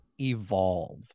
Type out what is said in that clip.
evolve